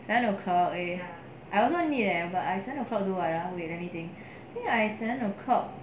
seven o'clock eh I also need leh but I seven o'clock do what ah wait let me think think I seven o'clock